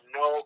no